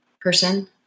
person